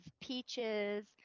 peaches